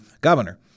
governor